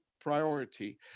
priority